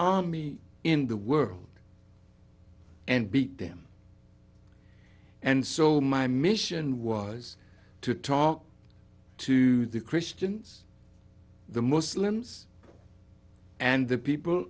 army in the world and beat them and so my mission was to talk to the christians the muslims and the people